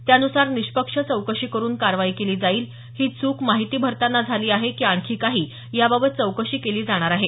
त्यानुसार निष्पक्ष चौकशी करून कारवाई केली जाईल ही चूक माहिती भरताना झाली आहे की आणखी काही याबाबतही चौकशी केली जाणार आहे